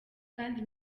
kandi